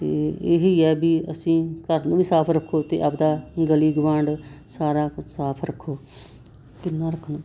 ਅਤੇ ਇਹੀ ਹੈ ਵੀ ਅਸੀਂ ਘਰ ਨੂੰ ਵੀ ਸਾਫ ਰੱਖੋ ਅਤੇ ਆਪਦਾ ਗਲੀ ਗਵਾਂਡ ਸਾਰਾ ਕੁਛ ਸਾਫ ਰੱਖੋ